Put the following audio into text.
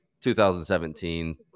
2017